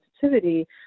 sensitivity